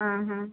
हाँ हाँ